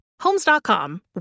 Homes.com